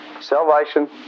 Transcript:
Salvation